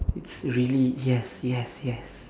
it's really yes yes yes